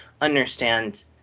understand